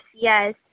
yes